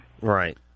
Right